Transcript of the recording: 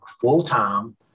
full-time